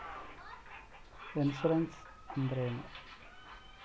Insurance ಅಂದ್ರೇನು?